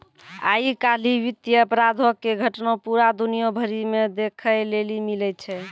आइ काल्हि वित्तीय अपराधो के घटना पूरा दुनिया भरि मे देखै लेली मिलै छै